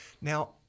Now